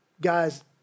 Guys